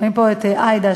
רואים פה את עאידה,